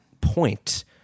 point